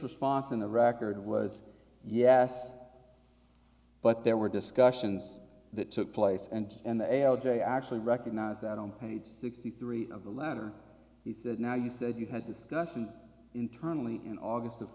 response in the record was yes but there were discussions that took place and and they are very actually recognize that on page sixty three of the letter he said now you said you had discussions internally in august of